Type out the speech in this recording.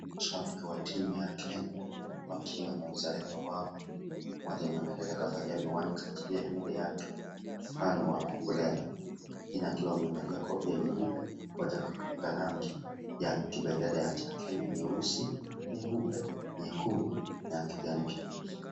Mashabiki wa timu ya Kenya wakiwa na uzalendo wao mmoja akiwa amevalia miwani kaachilia nywele yake sana mwingine akiwa amevalia kofia nyeupe yenye rangi ya kibendera nyeusi nyeupe nyekundu na ya kijani kibichi.